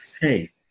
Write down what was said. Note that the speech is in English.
hey